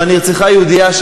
יהודייה שנרצחה,